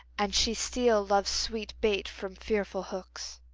and she steal love's sweet bait from fearful hooks